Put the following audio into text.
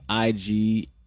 IG